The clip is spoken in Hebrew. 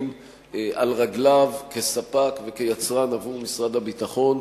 על רגליו כספק וכיצרן עבור משרד הביטחון,